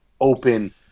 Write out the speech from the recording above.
open